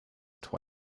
twice